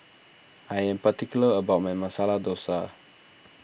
I am particular about my Masala Dosa